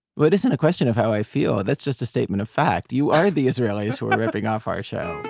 well, it isn't a question of how i feel. that's just a statement of fact. you are the israelis who are ripping off our show.